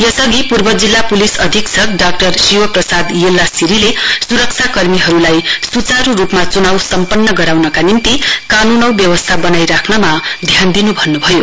यसअघि पूर्व जिल्ला पुलिस अधिक्षक डा शिव प्रसाद थेल्लासिरीले सुरक्षा कर्मीहरुलाई सुचारु रुपमा चुनाउ सम्पन्न गराउनका निम्ति कानून औ व्यवस्था वनाइ राख्नमा ध्यान दिनु भन्नुभयो